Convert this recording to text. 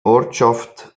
ortschaft